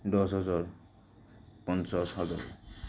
দহ হাজাৰ পঞ্চাছ হাজাৰ